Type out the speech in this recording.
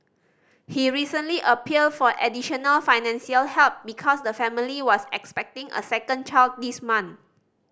he recently appealed for additional financial help because the family was expecting a second child this month